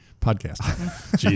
podcast